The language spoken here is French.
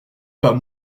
pas